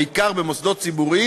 בעיקר במוסדות ציבור,